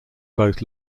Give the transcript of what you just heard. both